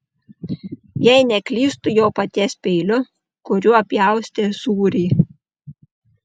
jei neklystu jo paties peiliu kuriuo pjaustė sūrį